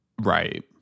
right